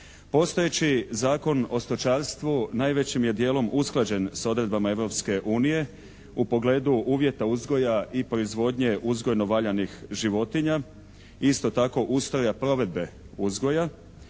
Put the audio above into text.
Postoje Zakon o stočarstvu najvećim je dijelom usklađen s odredbama Europske unije u pogledu uvjeta uzgoja i proizvodnje uzgojno-valjanih životinja. Isto tako ustroja provedbe uzgoja.